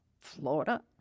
Florida